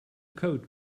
coat